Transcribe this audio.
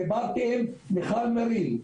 דיברתי עם מיכל מריל,